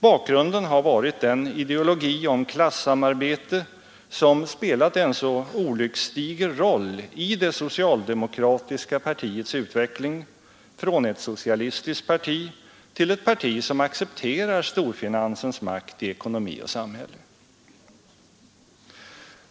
Bakgrunden har varit den ideologi om klassamarbete som spelat en så olycksdiger roll i det socialdemokratiska partiets utveckling från ett socialistiskt parti till ett parti som accepterar storfinansens makt i ekonomi och samhälle.